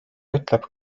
ütleb